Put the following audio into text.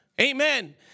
Amen